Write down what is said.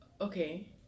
Okay